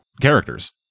characters